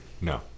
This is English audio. No